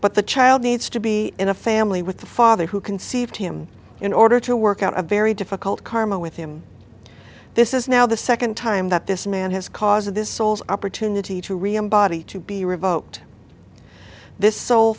but the child needs to be in a family with the father who conceived him in order to work out a very difficult karma with him this is now the second time that this man has caused this soul's opportunity to remember to be revoked this soul